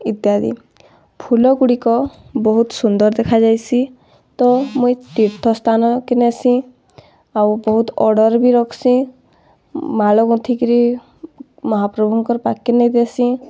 ଇତ୍ୟାଦି ଫୁଲଗୁଡ଼ିକ ବହୁତ ସୁନ୍ଦର୍ ଦେଖାଯାଏସି ତ ମୁଇଁ ତୀର୍ଥସ୍ଥାନକେ ନେସିଁ ଆଉ ବହୁତ ଅର୍ଡ଼ର୍ ବି ରଖ୍ସିଁ ମାଳ ଗୁନ୍ଥିକିରି ମହାପ୍ରଭୁଙ୍କର ପାଖ୍କେ ନେଇଦେସିଁ